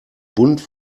bunt